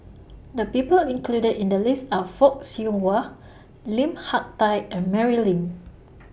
The People included in The list Are Fock Siew Wah Lim Hak Tai and Mary Lim